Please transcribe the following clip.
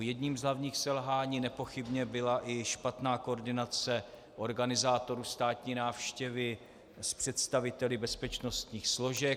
Jedním z hlavních selhání nepochybně byla i špatná koordinace organizátorů státní návštěvy s představiteli bezpečnostních složek.